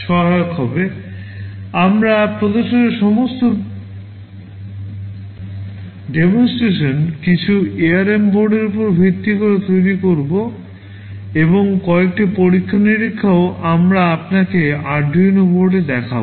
আমরা প্রদর্শিত সমস্ত demonstration কিছু ARM বোর্ডের উপর ভিত্তি করে তৈরি করবো এবং কয়েকটি পরীক্ষা নিরীক্ষাও আমরা আপনাকে আরডিনো বোর্ডেAurduino board দেখাব